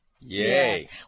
Yay